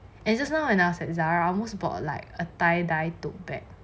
and just now when I was at zara I almost bought like a tie dye tote bag